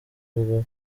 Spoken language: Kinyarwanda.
ubwo